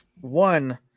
One